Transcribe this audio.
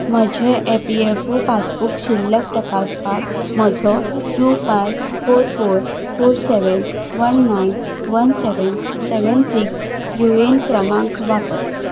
म्हजें EPFO passbook शिल्लक तपासपाक म्हजो two five four four four seven one nine one seven seven six UAN क्रमांक वापर